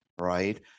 Right